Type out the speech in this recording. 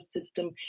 system